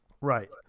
right